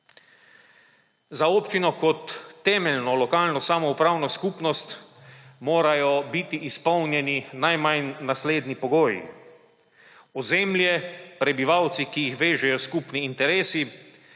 Za občino kot temeljno lokalno samoupravno skupnost morajo biti izpolnjeni najmanj naslednji pogoji: ozemlje, prebivalci, ki jih vežejo skupni interesi,